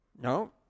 no